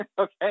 okay